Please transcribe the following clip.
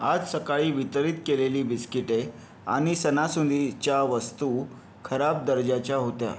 आज सकाळी वितरित केलेली बिस्किटे आणि सणासुदीच्या वस्तू खराब दर्जाच्या होत्या